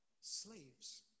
slaves